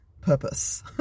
Purpose